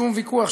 שום ויכוח,